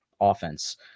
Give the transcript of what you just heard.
offense